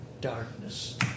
darkness